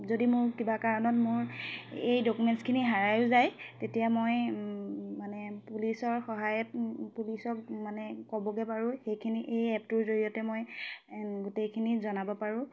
যদি মোৰ কিবা কাৰণত মোৰ এই ডকুমেণ্টছখিনি হেৰায়ো যায় তেতিয়া মই মানে পুলিচৰ সহায়ত পুলিচক মানে ক'বগে পাৰোঁ এইখিনি এই এপটোৰ জৰিয়তে মই গোটেইখিনি জনাব পাৰোঁ